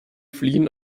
fliehen